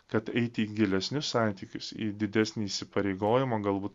kad eiti į gilesnius santykius į didesnį įsipareigojimą galbūt